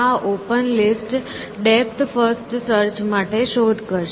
આ open list depth first search માટે શોધ કરશે